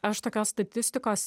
aš tokios statistikos